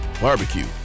barbecue